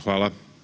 Hvala.